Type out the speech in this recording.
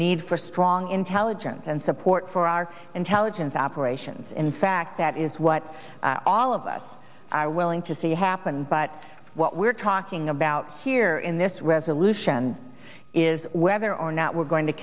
need for strong intelligence and support for our intelligence operations in fact that is what all of us are willing to see happen but what we're talking about here in this resolution is whether or not we're going to